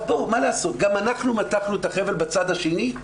פה, מה לעשות, גם אנחנו מתחנו את החבל בצד השני,